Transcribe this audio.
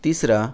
تیسرا